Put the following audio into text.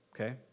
okay